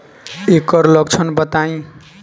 ऐकर लक्षण बताई?